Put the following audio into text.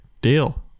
Deal